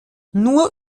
nur